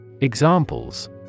Examples